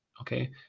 okay